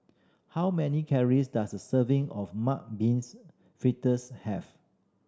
how many calories does a serving of mung beans fritters have